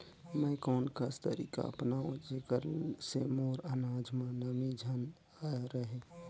मैं कोन कस तरीका अपनाओं जेकर से मोर अनाज म नमी झन रहे?